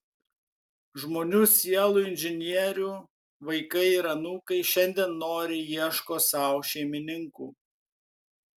žmonių sielų inžinierių vaikai ir anūkai šiandien noriai ieško sau šeimininkų